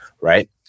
Right